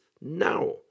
now